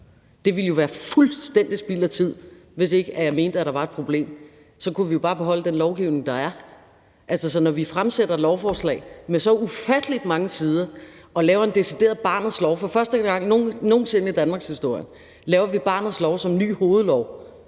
Det ville jo være fuldstændig spild af tid, hvis ikke jeg mente, der var et problem, for så kunne vi jo bare beholde den lovgivning, der er. Så når vi fremsætter et lovforslag med så ufattelig mange sider og laver en decideret barnets lov – for første gang nogen sinde i danmarkshistorien laver vi barnets lov som ny hovedlov